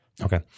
Okay